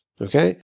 okay